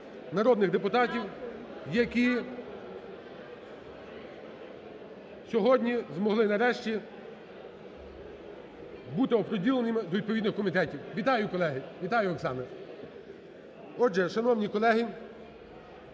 народних депутатів, які сьогодні змогли нарешті бути оприділеними до відповідних комітетів. Вітаю, колеги! Вітаю, Оксано! Отже, шановні колеги,